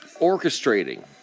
orchestrating